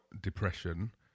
depression